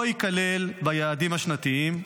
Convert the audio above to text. לא ייכלל ביעדים השנתיים,